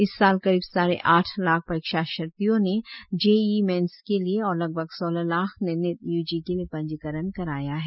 इस साल करीब साढ़े आठ लाख परीक्षार्थियों ने जेईई मेन्स के लिए और लगभग सोलह लाख ने नीट यूजी के लिए पंजीकरण कराया है